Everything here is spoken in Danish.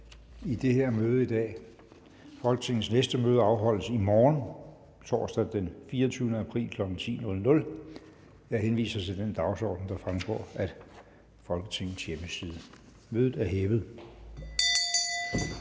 i det her møde i dag. Folketingets næste møde afholdes i morgen, torsdag den 24. april 2014, kl. 10.00. Jeg henviser til den dagsorden, der fremgår af Folketingets hjemmeside. Mødet er hævet.